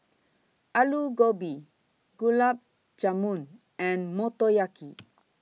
Alu Gobi Gulab Jamun and Motoyaki